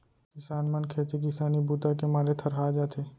किसान मन खेती किसानी बूता के मारे थरहा जाथे